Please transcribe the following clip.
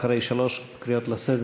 אחרי שלוש קריאות לסדר,